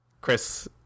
Chris